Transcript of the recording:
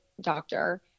doctor